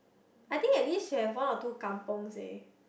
I think at least should have one or two kampungs eh